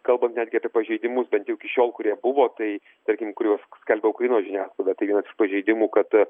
kalbant netgi apie pažeidimus bent jau iki šiol kurie buvo tai tarkim kuriuos skelbia ukrainos žiniasklaida tai vienas iš pažeidimų kad